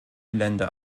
länder